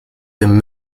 dem